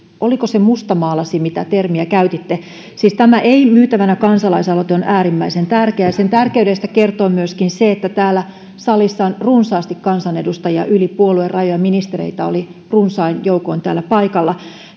oliko se mustamaalasi mitä termiä käytitte siis tämä ei myytävänä kansalaisaloite on äärimmäisen tärkeä ja sen tärkeydestä kertoo myöskin se että täällä salissa on runsaasti kansanedustajia yli puoluerajojen ja ministereitä oli runsain joukoin täällä paikalla